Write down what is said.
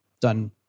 done